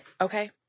okay